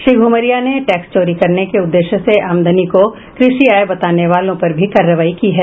श्री घुमरिया ने टैक्स चोरी करने के उद्देश्य से आमदनी को कृषि आय बताने वालों पर भी कार्रवाई की है